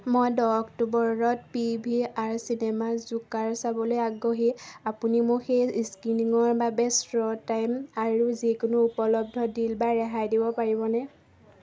মই দহ অক্টোবৰত পি ভি আৰ চিনেমাত জোকাৰ চাবলৈ আগ্ৰহী আপুনি মোক সেই স্ক্ৰীনিংৰ বাবে শ্ব' টাইম আৰু যিকোনো উপলব্ধ ডিল বা ৰেহাই দিব পাৰিবনে